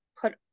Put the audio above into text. put